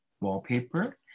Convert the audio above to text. wallpaper